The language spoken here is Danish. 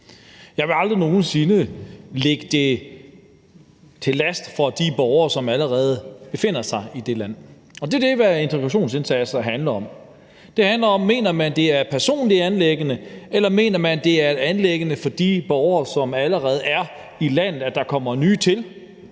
Jeg ville aldrig nogen sinde lægge de borgere, som allerede befinder sig i det land, det til last. Og det er det, integrationsindsatser handler om. Det handler om: Mener man, at det er et personligt anliggende, eller mener man, at det er et anliggende for de borgere, som allerede er i landet, når der kommer nye til?